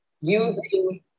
Using